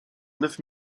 neuf